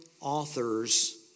authors